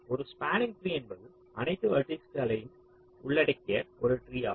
ஒரு spanning tree என்பது அனைத்து வெர்ட்டிஸஸ்களையும் உள்ளடக்கிய ஒரு ட்ரீ ஆகும்